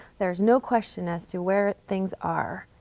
there's no question as to where things are.